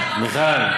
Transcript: מיכל,